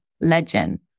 legend